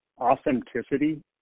authenticity